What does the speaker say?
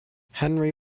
henry